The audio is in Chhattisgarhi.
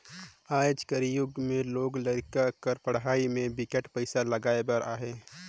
आज कर जुग में लोग लरिका कर पढ़ई में बिकट पइसा लगाए बर अहे